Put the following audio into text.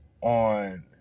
on